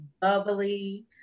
bubbly